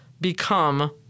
become